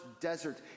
desert